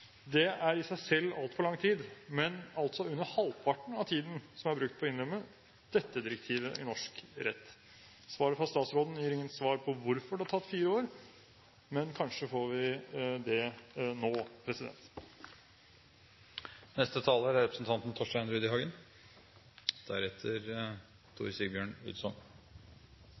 Det er i seg selv altfor lang tid, men altså under halvparten av tiden som er brukt på å innlemme dette direktivet i norsk rett. Svaret fra statsråden gir intet svar på hvorfor det har tatt fire år – men kanskje får vi det nå.